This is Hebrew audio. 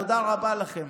תודה רבה לכם.